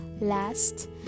last